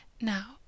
Now